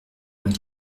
vingt